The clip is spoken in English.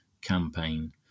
campaign